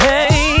Hey